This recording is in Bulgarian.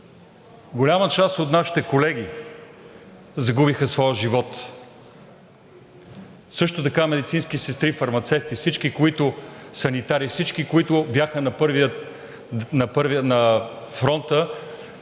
голяма част от нашите колеги загубиха своя живот, също така медицински сестри и фармацевти, санитари – всички, които бяха на фронта,